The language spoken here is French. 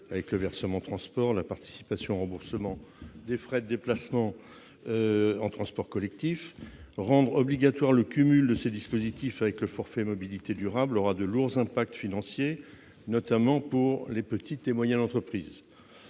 avec le versement transport et la participation au remboursement des frais de déplacement en transports collectifs. Rendre obligatoire le cumul de ces dispositifs avec le forfait mobilités durables emportera de lourdes conséquences financières, notamment pour les petites et moyennes entreprises.